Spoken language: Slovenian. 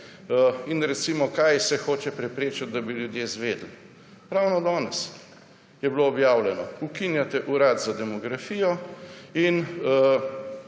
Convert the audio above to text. ogenj. Kaj se hoče preprečiti, da bi ljudje izvedeli? Ravno danes je bilo objavljeno, da ukinjate Urad za demografijo,